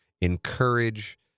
encourage